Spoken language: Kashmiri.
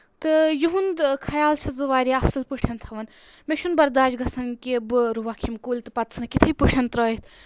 تہٕ یِہُنٛد خیال چھَس بہٕ واریاہ اَصٕل پٲٹھۍ تھاوان مےٚ چھُنہٕ برداش گژھان کہِ بہٕ رُوَکھ یِم کُلۍ تہٕ پَتہٕ ژھٕنکھ یِتھے پٲٹھۍ ترٛٲوتھ